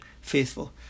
faithful